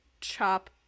chop